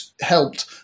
helped